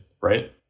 right